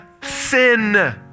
sin